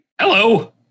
Hello